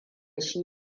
shi